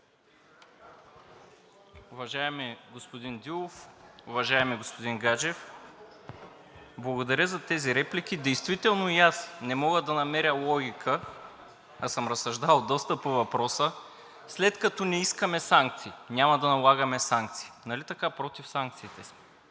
Уважаеми господин Дилов, уважаеми господин Гаджев! Благодаря за тези реплики. Действително и аз не мога да намеря логика, а съм разсъждавал доста по въпроса – след като не искаме санкции, няма да налагаме санкции, нали така: против санкциите сме?